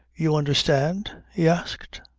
you understand? he asked.